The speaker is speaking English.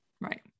Right